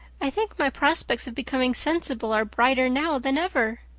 i think my prospects of becoming sensible are brighter now than ever.